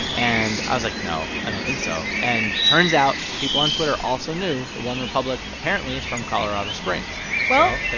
and i was like, no, i don't think so. and turns out people on twitter also knew that onerepublic, apparently, is from colorado springs. so there